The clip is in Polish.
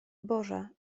boże